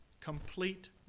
complete